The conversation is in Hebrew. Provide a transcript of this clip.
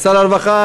שר הרווחה,